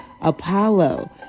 Apollo